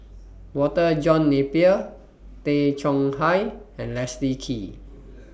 Walter John Napier Tay Chong Hai and Leslie Kee